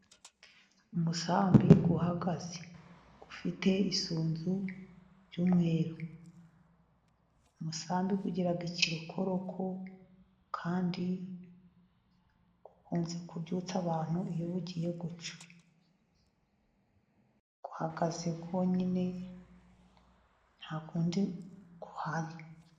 Umusambi uhagaze. Ufite isunzu ry'umweru, umusambi ugira ikirokoroko, kandi ukunze kubyutsa abantu iyo bugiye gucya, uhagaze wonyine nta wundi uhari.